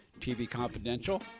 tvconfidential